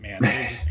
man